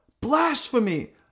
Blasphemy